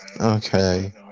Okay